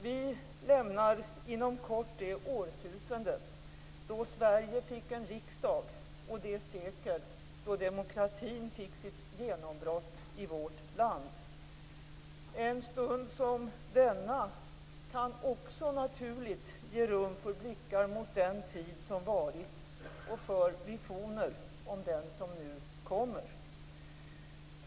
Vi lämnar inom kort det årtusende då Sverige fick en riksdag och det sekel då demokratin fick sitt genombrott i vårt land. En stund som denna kan också naturligt ge rum för blickar mot den tid som varit och för visioner om den som nu kommer.